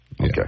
Okay